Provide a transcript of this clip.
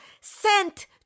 sent